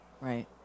Right